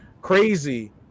crazy